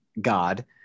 God